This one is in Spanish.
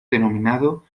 denominado